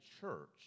church